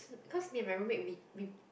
cause me and my roommate we we